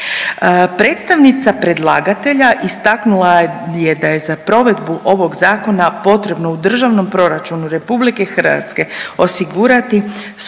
Predstavnica predlagatelja istaknula je da je za provedbu ovog Zakona potrebno u državnom proračunu RH osigurati 155